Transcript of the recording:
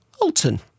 Alton